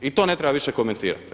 I to ne treba više komentirati.